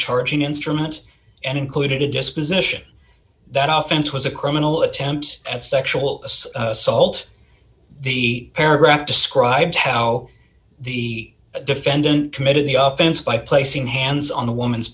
charging instrument and included a disposition that often it was a criminal attempts at sexual assault the paragraph described how the defendant committed the offense by placing hands on a woman's